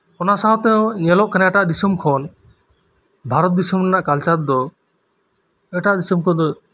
ᱚᱱᱟ ᱥᱟᱶᱛᱮ ᱧᱮᱞᱚᱜ ᱠᱟᱱᱟ ᱮᱴᱟᱜ ᱫᱤᱥᱚᱢ ᱠᱷᱚᱱ ᱵᱷᱟᱨᱚᱛ ᱫᱤᱥᱚᱢ ᱨᱮᱱᱟᱜ ᱠᱟᱞᱪᱟᱨ ᱫᱚ ᱮᱴᱟᱜ ᱫᱤᱥᱚᱢ ᱠᱷᱚᱱ ᱫᱚ